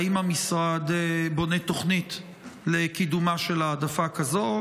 האם המשרד בונה תוכנית לקידומה של העדפה כזאת,